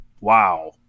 wow